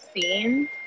scenes